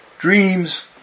Dreams